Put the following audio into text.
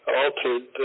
altered